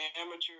amateur